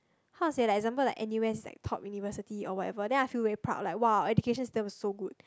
how to say like example like N_U_S is like top university or whatever then I feel very proud like !wow! our education system is so good